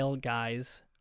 Guys